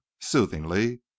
soothingly